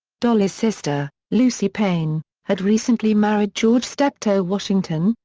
dolley's sister, lucy payne, had recently married george steptoe washington,